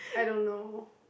I don't know